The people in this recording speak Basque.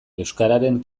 euskararen